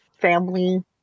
family